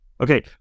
Okay